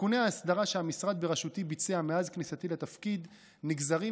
תיקוני האסדרה שהמשרד בראשותי ביצע מאז כניסתי לתפקיד נגזרים